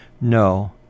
No